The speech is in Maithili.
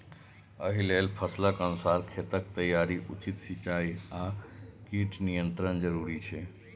एहि लेल फसलक अनुसार खेतक तैयारी, उचित सिंचाई आ कीट नियंत्रण जरूरी छै